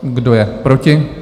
Kdo je proti?